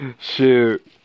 Shoot